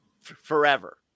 forever